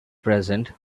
present